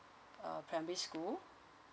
uh primary school